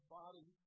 body